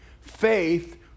Faith